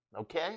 Okay